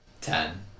ten